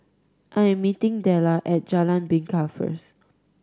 I am meeting Dellar at Jalan Bingka first